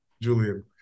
julian